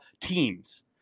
teams